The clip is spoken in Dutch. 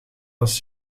was